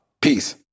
Peace